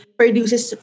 produces